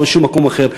לא בשום מקום אחר.